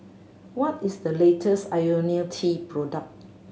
what is the latest Ionil T product